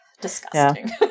disgusting